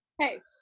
Hey